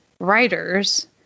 writers